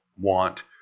want